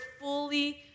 fully